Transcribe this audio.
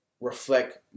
reflect